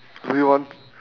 do you want